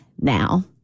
now